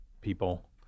people